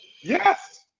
Yes